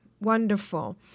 wonderful